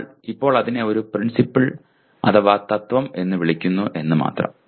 നമ്മൾ ഇപ്പോൾ അതിനെ ഒരു പ്രിൻസിപ്പിൾ അഥവാ തത്ത്വം എന്ന് വിളിക്കുന്നു എന്ന് മാത്രം